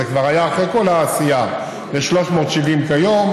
זה כבר היה אחרי כל העשייה ל-370 כיום,